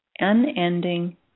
Unending